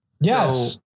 yes